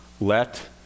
let